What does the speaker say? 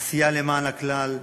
לעשייה למען הכלל,